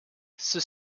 ceux